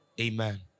Amen